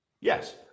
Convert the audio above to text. yes